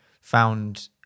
found